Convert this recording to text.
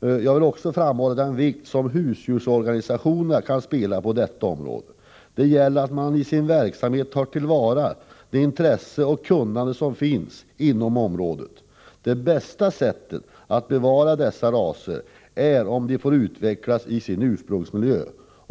Jag vill också framhålla den viktiga funktion som husdjursorganisationerna kan ha på detta område. Det gäller att de i sin verksamhet tar till vara det intresse och kunnande som finns inom organisationerna. Det bästa sättet att bevara de hotade raserna är att de får utvecklas i sin ursprungsmiljö.